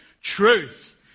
Truth